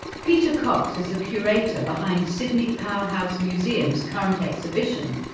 peter cox is the curator behind sydney powerhouse museum's current exhibition,